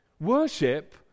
Worship